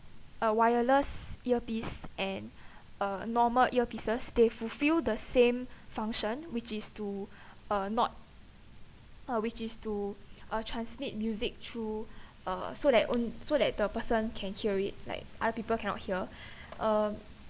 uh wireless earpiece and uh normal earpieces they fulfill the same function which is to uh not uh which is to uh transmit music through uh so that on~ so that the person can hear it like other people cannot hear uh